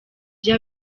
ibyo